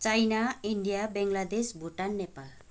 China India Bangladesh Bhutan Nepal